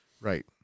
right